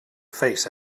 face